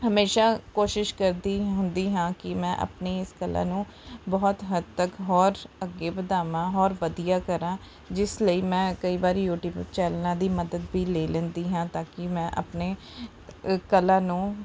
ਹਮੇਸ਼ਾਂ ਕੋਸ਼ਿਸ਼ ਕਰਦੀ ਹੁੰਦੀ ਹਾਂ ਕਿ ਮੈਂ ਆਪਣੀ ਇਸ ਕਲਾ ਨੂੰ ਬਹੁਤ ਹੱਦ ਤੱਕ ਹੋਰ ਅੱਗੇ ਵਧਾਵਾਂ ਹੋਰ ਵਧੀਆ ਕਰਾਂ ਜਿਸ ਲਈ ਮੈਂ ਕਈ ਵਾਰੀ ਯੂਟਿਊਬ ਚੈਨਲਾਂ ਦੀ ਮਦਦ ਵੀ ਲੈ ਲੈਂਦੀ ਹਾਂ ਤਾਂ ਕਿ ਮੈਂ ਆਪਣੇ ਅ ਕਲਾ ਨੂੰ